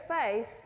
faith